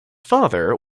father